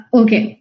okay